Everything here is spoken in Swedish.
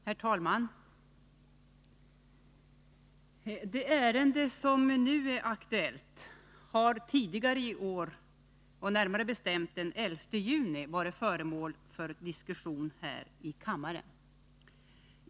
Herr talman! Det ärende som nu är aktuellt har tidigare i år, närmare bestämt den 11 juni, varit föremål för diskussion här i kammaren.